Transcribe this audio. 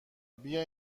بیا